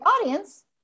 audience